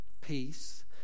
peace